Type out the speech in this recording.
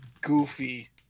goofy